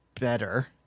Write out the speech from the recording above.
better